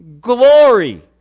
glory